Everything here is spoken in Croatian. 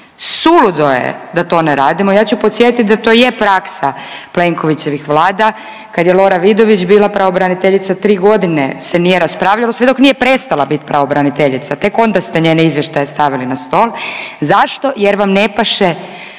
Suludo je da to ne radimo. Ja ću podsjetit da to je praksa Plenkovićevih Vlada. Kad je Lora Vidović bila pravobraniteljica 3.g. se nije raspravljalo sve dok nije prestala bit pravobraniteljica, tek onda ste njene izvještaje stavili na stol. Zašto? Jer vam ne paše